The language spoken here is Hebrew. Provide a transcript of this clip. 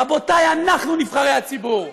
רבותיי, אנחנו נבחרי הציבור.